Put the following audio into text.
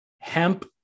hemp